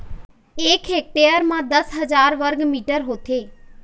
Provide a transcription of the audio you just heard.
एक हेक्टेयर म दस हजार वर्ग मीटर होथे